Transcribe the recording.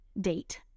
date